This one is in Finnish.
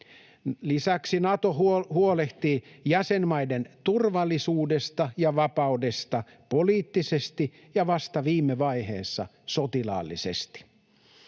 Lisäksi Nato huolehtii jäsenmaiden turvallisuudesta ja vapaudesta poliittisesti ja vasta viime vaiheessa sotilaallisesti.